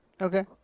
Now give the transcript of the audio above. Okay